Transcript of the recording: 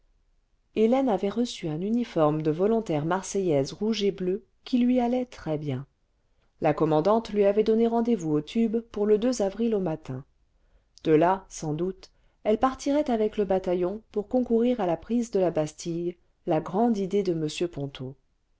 hélène avait reçu un uniforme de volontaire marseillaise rouge et bleu qui lui allait très bien la commandante lui avait donné rendez-vous au tube pour le avril au matin de là sans doute elle partirait avec le bataillon pour concourir à la prise de la bastille la grande idée de m ponto